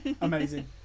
amazing